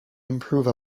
improve